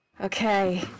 Okay